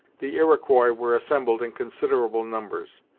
the iroquois were assembled in considerable numbers.